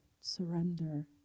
surrender